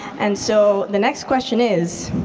and so the next question is,